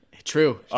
True